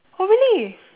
oh really